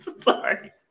Sorry